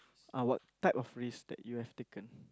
uh what type of risk that you have taken